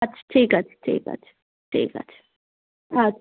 আচ্ছা ঠিক আছে ঠিক আছে ঠিক আছে আচ্ছা